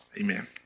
Amen